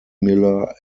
miller